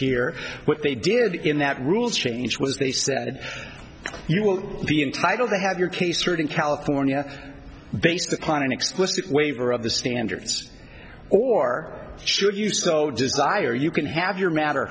here what they did in that rule change was they said you will be entitled to have your case certain california based upon an explicit waiver of the standards or should you so desire you can have your matter